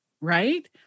Right